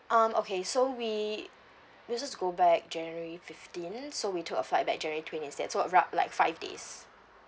um okay so we we just go back january fifteen so we took a flight back january twenty instead so rou~ like five days